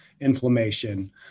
inflammation